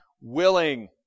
willing